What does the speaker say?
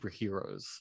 superheroes